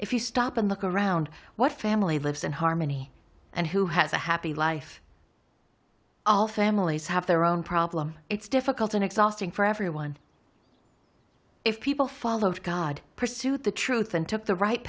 if you stop and look around what family lives in harmony and who has a happy life all families have their own problems it's difficult and exhausting for everyone if people followed god pursued the truth and took the right